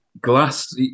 Glass